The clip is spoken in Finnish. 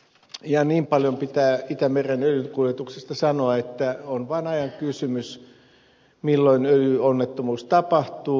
ja niin paljon pitää itämeren öljynkuljetuksesta sanoa että on vaan ajan kysymys milloin öljyonnettomuus tapahtuu